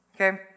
okay